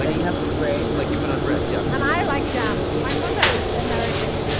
ah you have for um bread like you put on bread, yeah and i like jam. my mother is american.